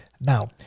Now